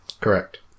Correct